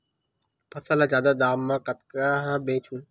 फसल ल जादा दाम म कहां बेचहु?